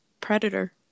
predator